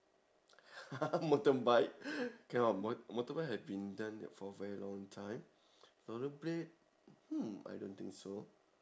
motorbike cannot mot~ motorbike had been done for a very long time roller blade hmm I don't think so